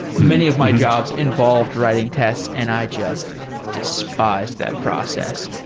many of my jobs involved writing tests and i just despised that process.